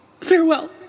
Farewell